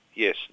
Yes